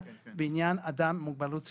בעניין אדם עם מוגבלות שכלית-התפתחותית.